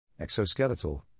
Exoskeletal